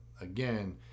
again